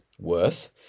worth